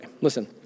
listen